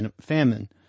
famine